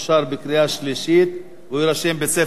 בעד, 5, אין מתנגדים, אין נמנעים.